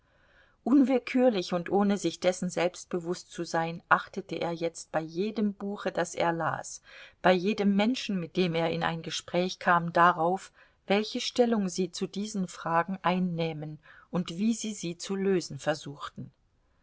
unwillkürlich und ohne sich dessen selbst bewußt zu sein achtete er jetzt bei jedem buche das er las bei jedem menschen mit dem er in ein gespräch kam darauf welche stellung sie zu diesen fragen einnähmen und wie sie sie zu lösen versuchten